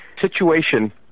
situation